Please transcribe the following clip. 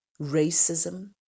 racism